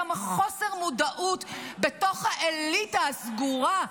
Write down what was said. כמה חוסר מודעות בתוך האליטה הסגורה,